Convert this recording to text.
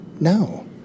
No